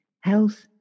health